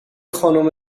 خانم